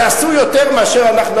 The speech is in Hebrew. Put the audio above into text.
ועשו יותר מאשר אנחנו.